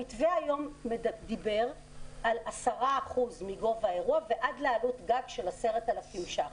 המתווה היום דיבר על 10% מגובה האירוע ועד לעלות גג של 10,000 שקל,